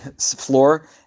floor